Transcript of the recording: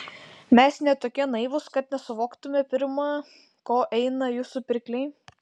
mes ne tokie naivūs kad nesuvoktumėme pirma ko eina jūsų pirkliai